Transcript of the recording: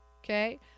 Okay